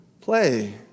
play